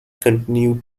continued